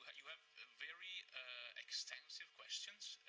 you have very extensive questions.